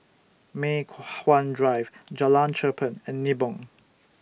Mei Hwan Drive Jalan Cherpen and Nibong